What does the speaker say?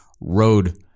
road